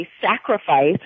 sacrifice